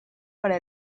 para